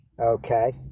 okay